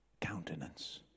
countenance